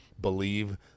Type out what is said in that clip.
believe